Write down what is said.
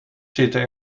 zitten